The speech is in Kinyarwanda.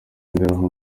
agenderaho